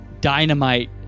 dynamite